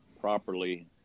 properly